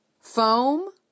Foam